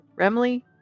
Remley